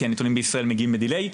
כי הנתונים בישראל מגיעים בדיליי.